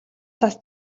цас